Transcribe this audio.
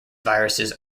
viruses